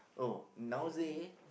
oh nowadays